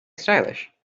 stylish